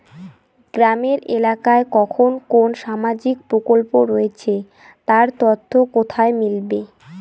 গ্রামের এলাকায় কখন কোন সামাজিক প্রকল্প রয়েছে তার তথ্য কোথায় মিলবে?